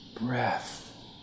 breath